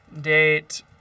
date